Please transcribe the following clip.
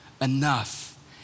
enough